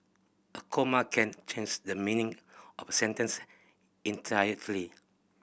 a comma can change the meaning of a sentence entirely